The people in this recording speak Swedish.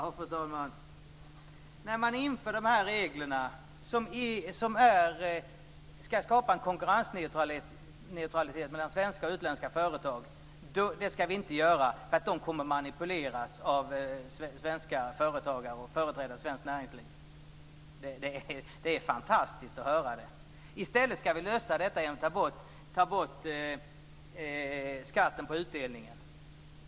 Fru talman! Vi ska inte införa de här reglerna, som ska skapa konkurrensneutralitet mellan svenska och utländska företag, eftersom de kommer att manipuleras av svenska företagare och företrädare för svenskt näringsliv. Det är fantastiskt att höra! I stället ska vi lösa detta genom att ta bort skatten på utdelningen.